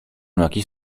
jakiś